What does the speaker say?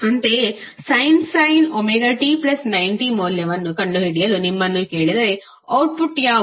ಅಂತೆಯೇ sin ωt90 ಮೌಲ್ಯವನ್ನು ಕಂಡುಹಿಡಿಯಲು ನಿಮ್ಮನ್ನು ಕೇಳಿದರೆ ಅವ್ಟ್ಟ್ಪುಟ್ ಯಾವುದು